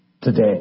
today